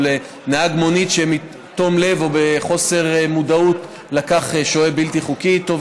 או לנהג מונית שבתום לב או בחוסר מודעות לקח שוהה בלתי חוקי איתו.